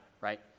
right